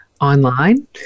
online